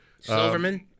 Silverman